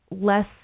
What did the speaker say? less